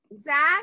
Zach